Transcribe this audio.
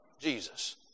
Jesus